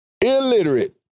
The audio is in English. illiterate